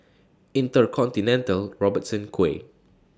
InterContinental Robertson Quay